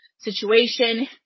situation